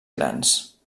grans